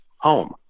home